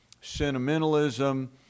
sentimentalism